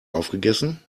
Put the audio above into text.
aufgegessen